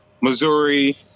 Missouri